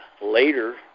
later